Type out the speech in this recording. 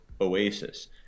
Oasis